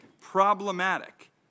problematic